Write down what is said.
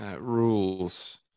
rules